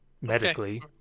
medically